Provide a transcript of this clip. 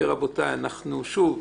רבותי שוב,